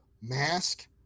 mask